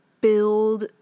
build